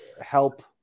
help